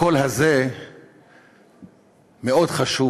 הקול הזה מאוד חשוב.